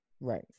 Right